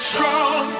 Strong